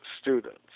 students